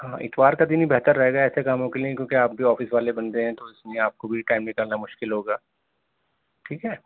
ہاں اتوار کا دن ہی بہتر رہے گا ایسے کاموں کے لیے کیونکہ آپ بھی آفس والے بند ہیں تو اس میں آپ کو بھی ٹائم نکالنا مشکل ہوگا ٹھیک ہے